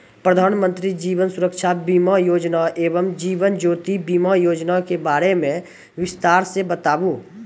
प्रधान मंत्री जीवन सुरक्षा बीमा योजना एवं जीवन ज्योति बीमा योजना के बारे मे बिसतार से बताबू?